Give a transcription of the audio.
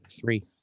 three